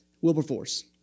Wilberforce